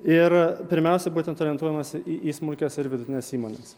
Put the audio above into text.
ir pirmiausia būtent orientuojamasi į į smulkias ir vidutines įmones